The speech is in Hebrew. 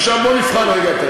עכשיו, בואו נבחן רגע את